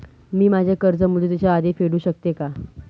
मी माझे कर्ज मुदतीच्या आधी फेडू शकते का?